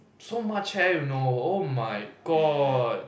so much hair you know oh my god